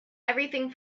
everything